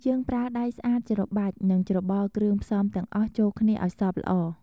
យើងប្រើដៃស្អាតច្របាច់ និងច្របល់គ្រឿងផ្សំទាំងអស់ចូលគ្នាឱ្យសព្វល្អ។